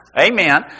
Amen